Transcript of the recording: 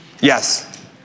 Yes